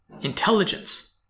intelligence